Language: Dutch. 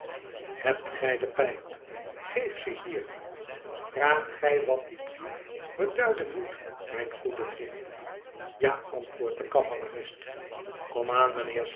hebt gij de pijp geef ze hier vraagt gij wat die brief beduiden moet mijn goede vriend ja antwoordt de cavalerist kom aan mijnheer